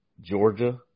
Georgia